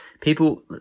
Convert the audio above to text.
people